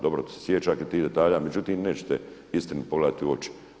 Dobro se sjećam tih detalja, međutim nećete istinu pogledati u oči.